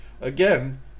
again